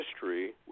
history